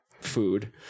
food